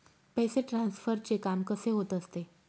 पैसे ट्रान्सफरचे काम कसे होत असते?